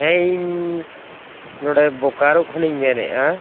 ᱦᱮᱸ ᱤᱧ ᱱᱚᱰᱮ ᱵᱳᱠᱟᱨᱳ ᱠᱷᱚᱱᱤᱧ ᱢᱮᱱᱮᱜᱼᱟ